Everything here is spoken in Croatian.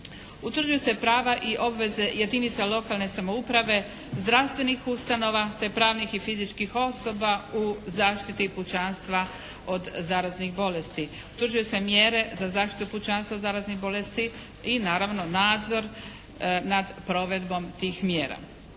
Utvrđuju se prava i obveze jedinica lokalne samouprave, zdravstvenih ustanova te pravnih i fizičkih osoba u zaštiti pučanstva od zaraznih bolesti. Utvrđuju se mjere za zaštitu pučanstva od zaraznih bolesti i naravno nadzor nad provedbom tih mjera.